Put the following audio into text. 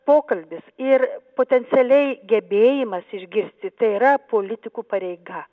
pokalbis ir potencialiai gebėjimas išgirsti tai yra politikų pareiga